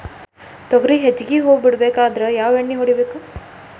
ತೊಗರಿ ಹೆಚ್ಚಿಗಿ ಹೂವ ಬಿಡಬೇಕಾದ್ರ ಯಾವ ಎಣ್ಣಿ ಹೊಡಿಬೇಕು?